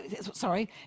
Sorry